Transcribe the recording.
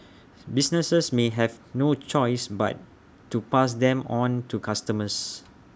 businesses may have no choice but to pass them on to customers